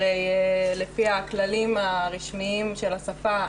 הרי לפי הכללים הרשמיים של השפה,